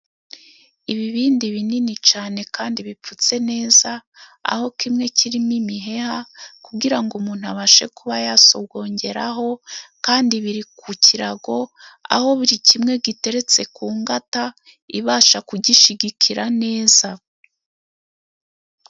Ibibindi binini cane kandi bipfutse neza, aho kimwe kirimo imiheha kugirango umuntu abashe kuba yasogongeraho, kandi biri ku kirago aho buri kimwe giteretse ku ngata, ibasha kugishigikira neza.